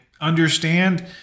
understand